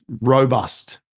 robust